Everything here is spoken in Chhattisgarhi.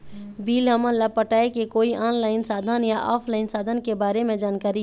बिल हमन ला पटाए के कोई ऑनलाइन साधन या ऑफलाइन साधन के बारे मे जानकारी?